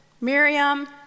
Miriam